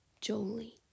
Jolie